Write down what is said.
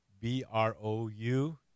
B-R-O-U